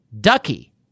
Ducky